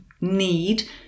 need